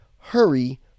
hurry